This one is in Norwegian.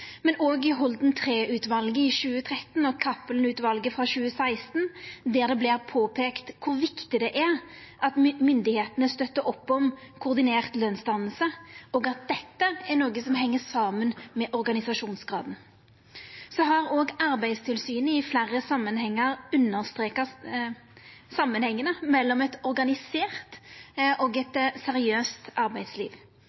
Men òg Holden III-utvalet i 2013 og Cappelen-utvalet i 2016 påpeiker kor viktig det er at myndigheitene støttar opp om koordinert lønsdanning, og at dette er noko som heng saman med organisasjonsgraden. Òg Arbeidstilsynet har i fleire samanhengar understreka samanhengane mellom eit organisert og